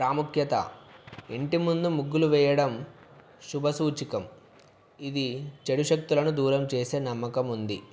ప్రాముఖ్యత ఇంటి ముందు ముగ్గులు వేయడం శుభ సూచికం ఇది చెడు శక్తులను దూరం చేసే నమ్మకం ఉంది